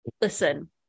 Listen